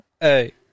hey